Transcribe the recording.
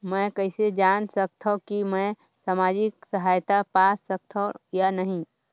मै कइसे जान सकथव कि मैं समाजिक सहायता पा सकथव या नहीं?